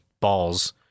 balls